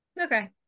Okay